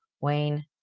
Wayne